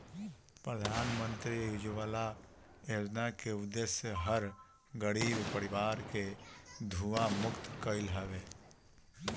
प्रधानमंत्री उज्ज्वला योजना के उद्देश्य हर गरीब परिवार के धुंआ मुक्त कईल हवे